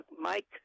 Mike